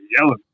yelling